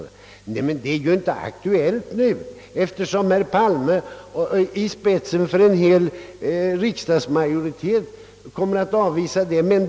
Men denna sak är ju inte aktuell nu, eftersom herr Palme i spetsen för en hel riksdagsmajoritet kommer att avvisa vårt förslag.